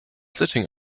sitting